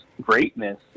greatness